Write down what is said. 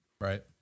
right